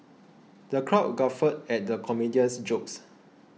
the crowd guffawed at the comedian's jokes